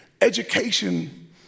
Education